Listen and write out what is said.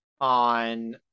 on